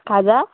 खाजा